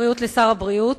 בריאות לשר הבריאות.